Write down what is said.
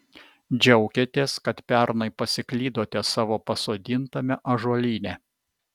džiaugiatės kad pernai pasiklydote savo pasodintame ąžuolyne